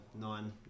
nine